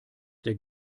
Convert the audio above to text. der